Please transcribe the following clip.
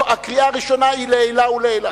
הקריאה הראשונה היא לעילא ולעילא.